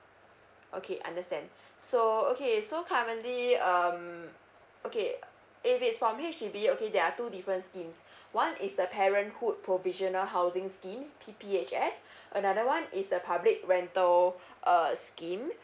okay understand so okay so currently um okay if it's from H_D_B okay there are two different schemes one is the parenthood provisional housing scheme P_P_H_S another one is the public rental uh scheme